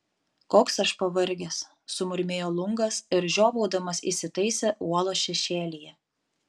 koks aš pavargęs sumurmėjo lungas ir žiovaudamas įsitaisė uolos šešėlyje